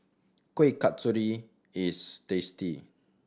Kuih Kasturi is tasty